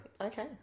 okay